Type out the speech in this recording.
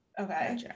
Okay